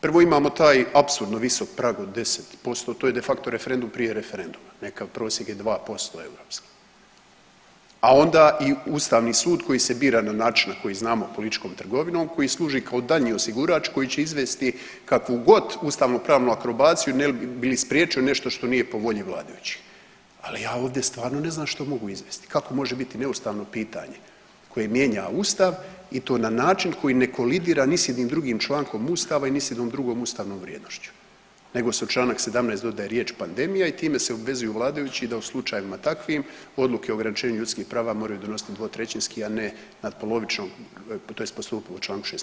Prvo imamo taj apsurdno visok prag od 10%, to je de facto referendum prije referenduma, nekakav prosjek je 2% europski, a ona i ustavni sud koji se bira na način na koji znamo političkom trgovinom koji služi kao daljnji osigurač koji će izvesti kakvu god ustavnopravnu akrobaciju ne bi li spriječio nešto što nije po volji vladajućih, ali ja ovdje stvarno ne znam što mogu izmisliti, kako može biti neustavno pitanje koje mijenja ustav i to na način koji ne kolidira ni s jednim drugim člankom ustava i ni s jednom drugom ustavnom vrijednošću nego se u čl. 17. dodaje riječ „pandemija“ i time se obvezuju vladajući da u slučajevima takvim odluke o ograničenju ljudskih prava moraju donositi dvotrećinski, a ne natpolovičnom tj. … [[Govornik se ne razumije]] čl. 6.